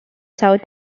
south